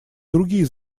другие